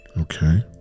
Okay